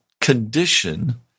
condition